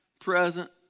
present